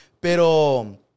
Pero